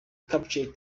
capture